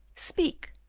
speak,